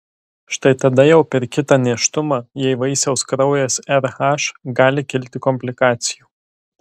štai tada jau per kitą nėštumą jei vaisiaus kraujas rh gali kilti komplikacijų